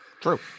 True